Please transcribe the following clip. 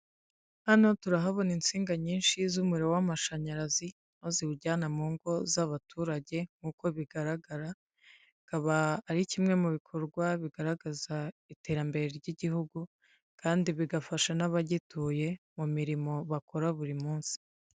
Hano turahabona insinga nyinshi z'umuriro w'amashanyarazi aho ziwujyana mu ngo z'abaturage nk'uko bigaragara; bikaba ari kimwe mu bikorwa bigaragaza iterambere ry'igihugu; kandi bigafasha n'abagituye mu mirimo bakora buri munsi.